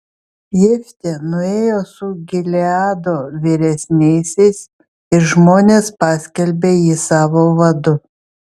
jeftė nuėjo su gileado vyresniaisiais ir žmonės paskelbė jį savo vadu